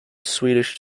swedish